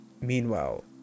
Meanwhile